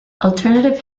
alternative